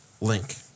link